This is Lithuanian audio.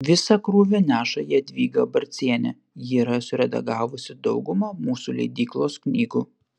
visą krūvį neša jadvyga barcienė ji yra suredagavusi daugumą mūsų leidyklos knygų